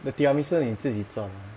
the tiramisu 你自己做的啊